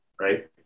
right